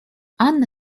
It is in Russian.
анна